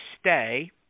stay